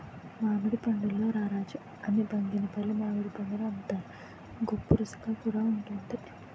మామిడి పండుల్లో రారాజు అని బంగినిపల్లి మామిడిపండుని అంతారు, గొప్పరుసిగా కూడా వుంటుంది